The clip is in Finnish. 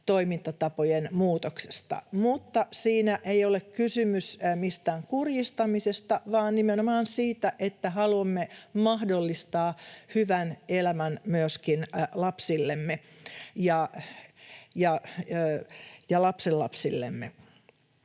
toimintatapojen muutoksesta, mutta siinä ei ole kysymys mistään kurjistamisesta vaan nimenomaan siitä, että haluamme mahdollistaa hyvän elämän myöskin lapsillemme ja lastenlapsillemme.